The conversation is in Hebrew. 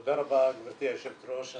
תודה רבה גברתי היושבת ראש.